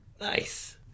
Nice